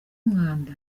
umwanda